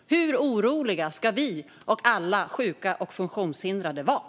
Hur oroliga ska vi och alla sjuka och funktionshindrade vara?